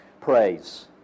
praise